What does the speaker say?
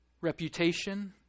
reputation